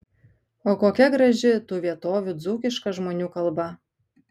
o kokia graži tų vietovių dzūkiška žmonių kalba